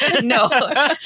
No